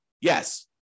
Yes